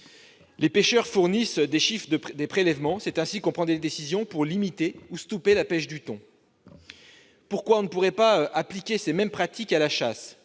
Les pêcheurs fournissent des chiffres de prélèvements. C'est ainsi que l'on peut décider de limiter ou de stopper la pêche au thon. Pourquoi ne pourrait-on appliquer ces mêmes pratiques à la chasse ?